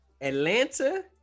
atlanta